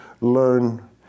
learn